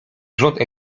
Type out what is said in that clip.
rząd